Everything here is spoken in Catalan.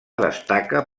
destaca